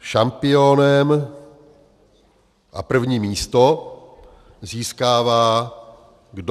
Šampionem je a první místo získává kdo?